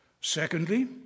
Secondly